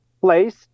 place